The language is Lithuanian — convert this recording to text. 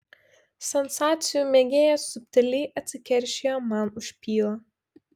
sensacijų mėgėjas subtiliai atsikeršijo man už pylą